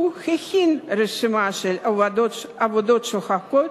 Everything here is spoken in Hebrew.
הוא הכין רשימה של עבודות שוחקות